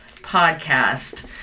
podcast